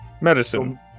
Medicine